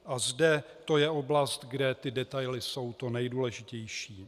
A zde to je oblast, kde ty detaily jsou to nejdůležitější.